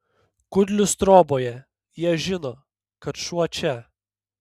kudlius troboje jie žino kad šuo čia